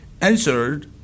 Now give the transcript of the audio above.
answered